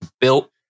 built